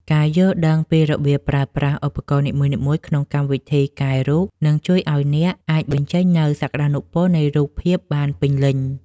ការយល់ដឹងពីរបៀបប្រើប្រាស់ឧបករណ៍នីមួយៗក្នុងកម្មវិធីកែរូប នឹងជួយឱ្យអ្នកអាចបញ្ចេញនូវសក្តានុពលនៃរូបភាពបានពេញលេញ។